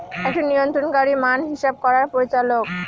একটি নিয়ন্ত্রণকারী মান হিসাব করার পরিচালক